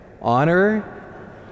honor